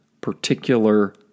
particular